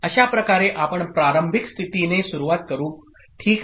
अशा प्रकारे आपण प्रारंभिक स्थिती ने सुरूवात करू ओके